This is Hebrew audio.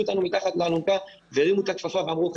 אתנו מתחת לאלונקה והרימו את הכפפה ואמרו,